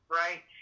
right